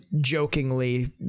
jokingly